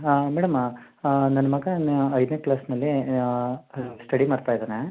ಹಾಂ ಮೇಡಮ್ ಹಾಂ ನನ್ನ ಮಗ ಐದನೇ ಕ್ಲಾಸಲ್ಲಿ ಸ್ಟಡಿ ಮಾಡ್ತಾ ಇದ್ದಾನೆ